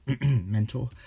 mentor